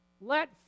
let